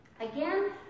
Again